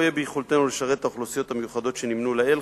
לא יהיה ביכולתנו לשרת את האוכלוסיות המיוחדות שנמנו לעיל,